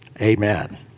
Amen